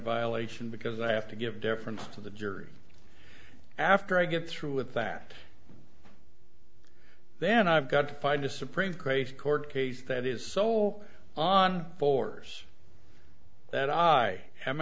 violation because i have to give deference to the jury after i get through with that then i've got to find a supreme great court case that is so on fours that i am